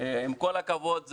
עם כל הכבוד,